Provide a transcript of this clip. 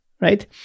right